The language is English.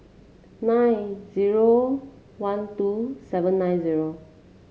nine zero one two seven nine zero